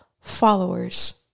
followers